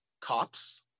cops